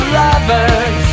lovers